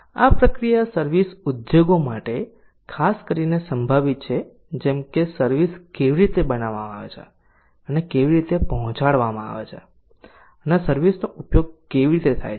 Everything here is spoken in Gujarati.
આ પ્રક્રિયા સર્વિસ ઉદ્યોગો માટે ખાસ કરીને સંબંધિત છે જેમ કે સર્વિસ કેવી રીતે બનાવવામાં આવે છે અને કેવી રીતે પહોંચાડવામાં આવે છે અને આ સર્વિસ નો ઉપયોગ કેવી રીતે થાય છે